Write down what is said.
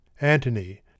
Antony